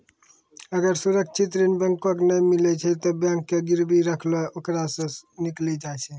अगर सुरक्षित ऋण बैंको के नाय मिलै छै तै बैंक जे गिरबी रखलो ओकरा सं निकली जाय छै